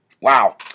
wow